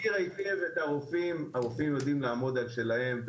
הרופאים יודעים לעמוד על שלהם,